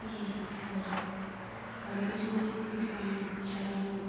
ए हजुर भनेपछि मैले त्यो कुपन पछाडि यो